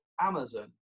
Amazon